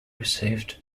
received